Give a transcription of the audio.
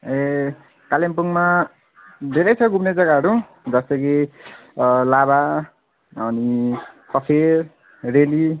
ए कालेम्पुङमा धेरै छ घुम्ने जग्गाहरू जस्तो कि लाभा अनि कफेर रेली